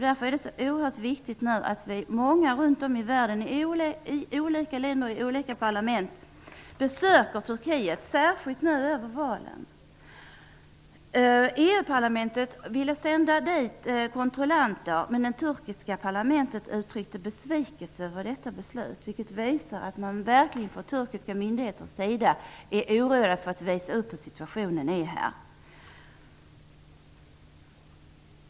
Därför är det oerhört viktigt att man runt om i världen, från olika länder och parlament, besöker Turkiet, särskilt i samband med valen. EU parlamentet ville sända dit kontrollanter, men det turkiska parlamentet uttryckte besvikelse över detta beslut. Det visar att man från de turkiska myndigheternas sida verkligen är orolig för att visa upp sin situation.